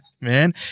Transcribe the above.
man